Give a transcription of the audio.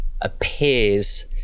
appears